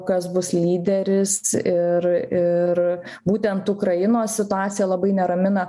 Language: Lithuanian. kas bus lyderis ir ir būtent ukrainos situacija labai neramina